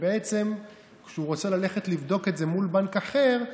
וכשהוא רוצה ללכת לבדוק את זה מול בנק אחר,